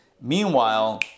Meanwhile